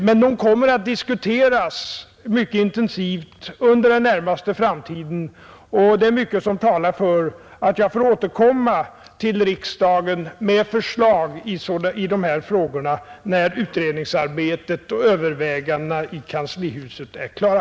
Men de kommer att diskuteras mycket intensivt under den närmaste framtiden, och mycket talar för att jag får återkomma till riksdagen med förslag i dessa frågor när utredningsarbetet och övervägandena i kanslihuset är klara.